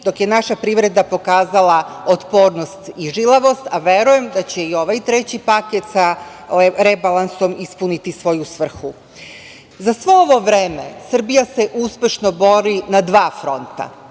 dok je naša privreda pokazali otpornost i žilavost, a verujem da će i ovaj treći paket sa rebalansom ispuniti svoju svrhu.Za svo ovo vreme Srbija se uspešno bori na dva fronta